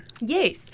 yes